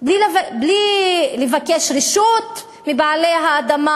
בלי לבקש רשות מבעלי האדמה,